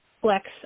flex